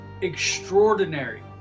extraordinary